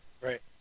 Right